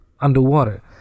underwater